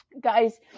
guys